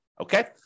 Okay